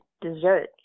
dessert